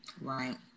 right